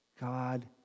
God